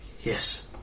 Yes